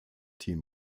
team